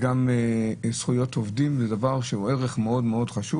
גם זכויות עובדים הוא ערך מאוד חשוב